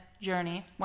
journey